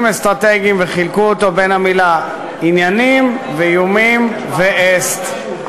אסטרטגיים וחילקו אותו בין המילים "עניינים" ו"איומים" ו"אסט",